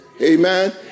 Amen